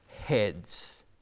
heads